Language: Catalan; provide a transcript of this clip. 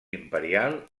imperial